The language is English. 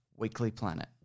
weeklyplanet